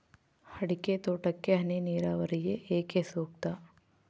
ಅಡಿಕೆ ತೋಟಕ್ಕೆ ಹನಿ ನೇರಾವರಿಯೇ ಏಕೆ ಸೂಕ್ತ?